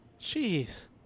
jeez